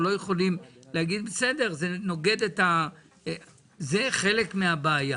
זה חלק מהבעיה.